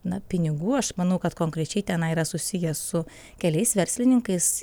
na pinigų aš manau kad konkrečiai tenai yra susiję su keliais verslininkais